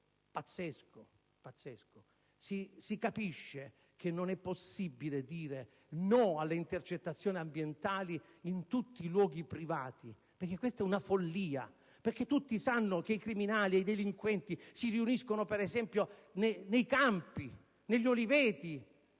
non debba essere possibile dire no alle intercettazioni ambientali in tutti i luoghi privati. Questa è una follia: tutti sanno che i criminali e i delinquenti si riuniscono, per esempio, nei campi, negli oliveti,